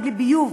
בלי ביוב.